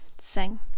sing